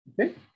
okay